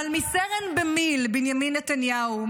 אבל מסרן במיל' בנימין נתניהו,